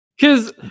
cause